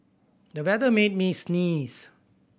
the weather made me sneeze